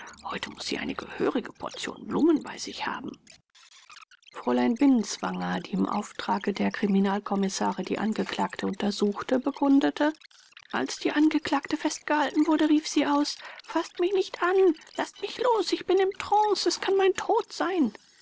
heute muß sie eine gehörige portion blumen bei sich haben fräulein biuswanger die im auftrage der kriminalkommissare die angeklagte untersuchte bekundete als die angeklagte festgehalten wurde rief sie aus faßt mich nicht an laßt mich los ich bin im trance es kann mein tod sein